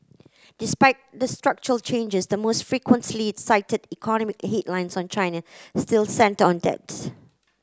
despite the structural changes the most frequently cited economic headlines on China still centre on debts